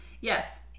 Yes